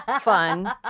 fun